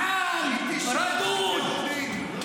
היא תישאר רק יהודית,